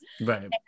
Right